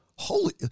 Holy